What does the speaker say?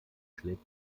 schlägt